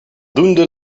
doende